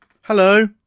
Hello